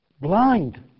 blind